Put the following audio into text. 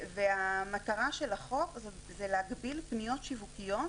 המטרה של החוק זה להגביל פניות שיווקיות